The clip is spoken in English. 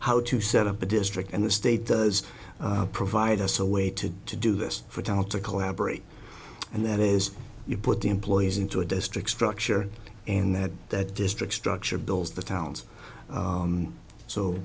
how to set up a district and the state does provide us a way to to do this for talent to collaborate and that is you put the employees into a district structure and then that district structure builds the towns